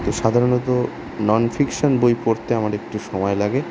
কিন্তু সাধারণত non fiction বই পড়তে আমার একটু সময় লাগে